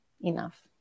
enough